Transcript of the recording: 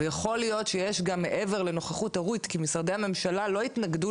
יכול להיות גם שמעבר לנוכחות הורית כי משרדי הממשלה לא התנגדו